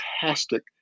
fantastic